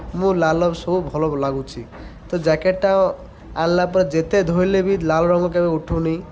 ମୁଁ ଲାଲ ସବୁ ଭଲ ଲାଗୁଛି ତ ଜ୍ୟାକେଟ୍ଟା ଆଣିଲା ପରେ ଯେତେ ଧୋଇଲେ ବି ଲାଲ ରଙ୍ଗ କେବେ ଉଠୁନି